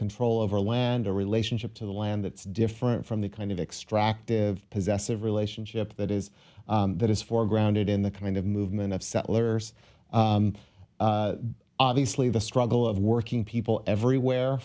control over land a relationship to the land that's different from the kind of extractive possessive relationship that is that is for grounded in the kind of movement of settlers obviously the struggle of working people everywhere